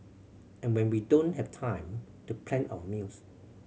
and when we don't have time to plan our meals